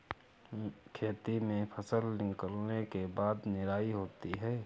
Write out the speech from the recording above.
खेती में फसल निकलने के बाद निदाई होती हैं?